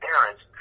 parents